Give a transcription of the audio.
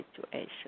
situation